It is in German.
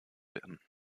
werden